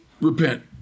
Repent